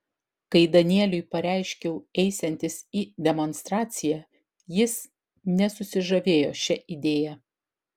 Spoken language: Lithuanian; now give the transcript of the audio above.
kai danieliui pareiškiau eisiantis į demonstraciją jis nesusižavėjo šia idėja